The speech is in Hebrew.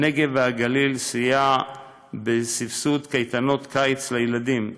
הנגב והגליל סייע בסבסוד קייטנות קיץ לילדים.